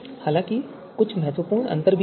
हालाँकि कुछ महत्वपूर्ण अंतर भी हैं